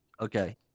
Okay